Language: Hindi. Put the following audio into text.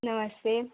नमस्ते